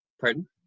pardon